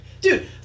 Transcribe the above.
dude